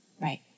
Right